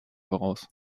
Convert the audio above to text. voraus